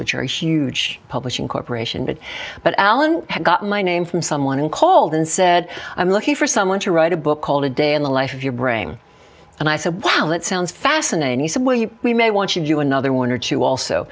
which are a huge publishing corporation but but alan got my name from someone called and said i'm looking for someone to write a book called a day in the life of your brain and i said wow that sounds fascinating we may want to do another one or two also